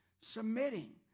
submitting